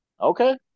Okay